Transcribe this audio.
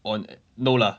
on no lah